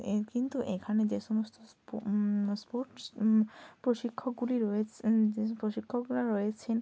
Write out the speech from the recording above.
এ কিন্তু এখানে যে সমস্ত স্পোর্টস প্রশিক্ষকগুলি রয়েছে যে প্রশিক্ষকরা রয়েছেন